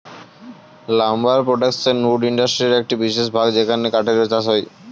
lumber production wood ইন্ডাস্ট্রির একটি বিশেষ ভাগ যেখানে কাঠের চাষ হয়